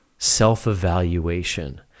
self-evaluation